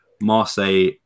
Marseille